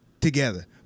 together